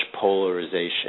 polarization